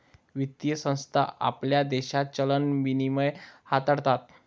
वित्तीय संस्था आपल्या देशात चलन विनिमय हाताळतात